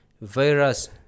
virus